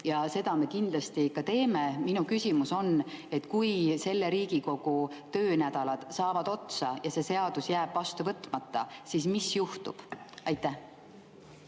ja seda me kindlasti ka teeme. Minu küsimus on, et kui selle Riigikogu töönädalad saavad otsa ja see seadus jääb vastu võtmata, siis mis juhtub? Aitäh,